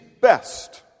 best